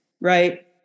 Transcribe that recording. right